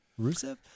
Rusev